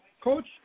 Coach